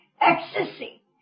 ecstasy